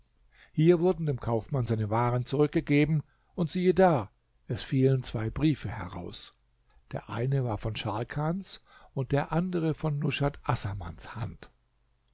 hier wurden dem kaufmann seine waren zurückgegeben und siehe da es fielen zwei briefe heraus der eine war von scharkans und der andere von nushat assamans hand